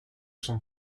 son